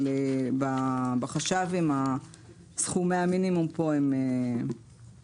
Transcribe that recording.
אבל בחש"בים סכומי המינימום פה הם גבוהים,